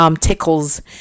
tickles